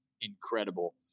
incredible